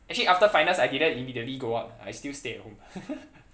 actually after finals I didn't immediately go out I still stay at home